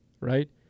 right